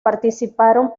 participaron